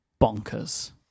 bonkers